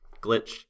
glitch